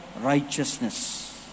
righteousness